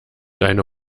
deine